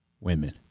women